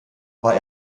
war